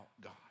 God